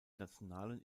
nationalen